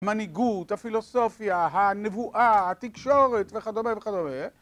מנהיגות, הפילוסופיה, הנבואה, התקשורת וכדומה וכדומה.